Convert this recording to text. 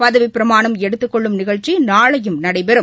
பதவிப்பிரமாணம் எடுத்துக் கொள்ளும் நிகழ்ச்சி நாளையும் நடைபெறும்